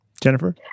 Jennifer